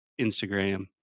Instagram